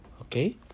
Okay